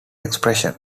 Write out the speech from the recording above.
expression